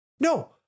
No